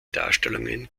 darstellungen